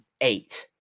eight